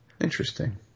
Interesting